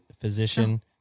physician